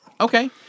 Okay